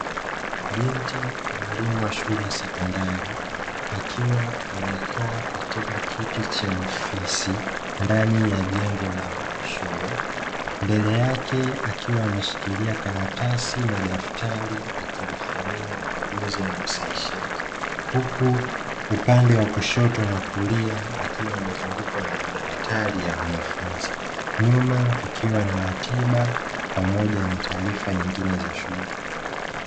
Binti mwalimu wa shule ya sekondari akiwa amekaa katika kiti cha ofisi ndani ya jengo la shule, mbele yake akiwa ameshikilia karatasi na daftari akilifanyia ukaguzi na usahishaji huku upande wa kushoto na kulia akiwa amezungukwa na madaftari ya wanafunzi, nyuma kukiwa na ratiba pamoja na taarifa nyingine za shule.